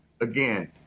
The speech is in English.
Again